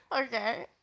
Okay